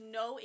no